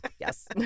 Yes